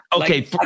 Okay